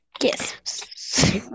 Yes